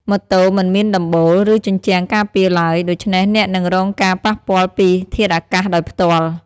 ម៉ូតូមិនមានដំបូល ឬជញ្ជាំងការពារឡើយ។ ដូច្នេះអ្នកនឹង រងការប៉ះពាល់ពីធាតុអាកាសដោយផ្ទាល់។